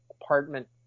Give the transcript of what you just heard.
apartment